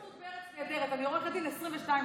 כמו הציטוט בארץ נהדרת: אני עורכת דין 22 שנה.